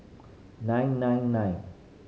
nine nine nine